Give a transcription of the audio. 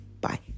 bye